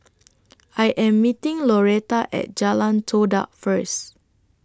I Am meeting Loretta At Jalan Todak First